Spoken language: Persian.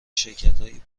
شرکتهایی